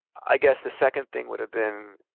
i guess, the second thing would've been